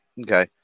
okay